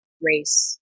race